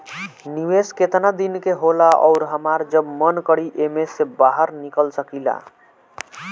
निवेस केतना दिन के होला अउर हमार जब मन करि एमे से बहार निकल सकिला?